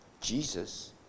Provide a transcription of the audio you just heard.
jesus